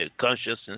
consciousness